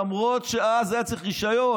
למרות שאז היה צריך רישיון.